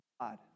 God